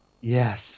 Yes